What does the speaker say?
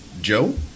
Joe